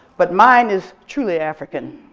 but mine is truly african.